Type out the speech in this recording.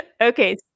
okay